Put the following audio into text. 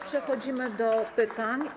Przechodzimy do pytań.